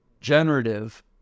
generative